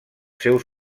seus